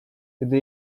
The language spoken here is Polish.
gdy